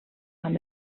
amb